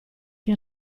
che